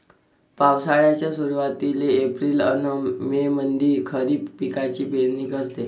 पावसाळ्याच्या सुरुवातीले एप्रिल अन मे मंधी खरीप पिकाची पेरनी करते